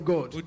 God